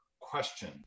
question